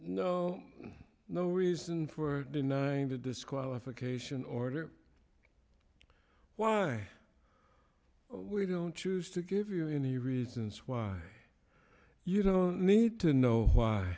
no no reason for denying the disqualification order why we don't choose to give you any reasons why you don't need to know why